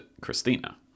Christina